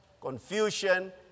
confusion